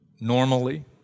Normally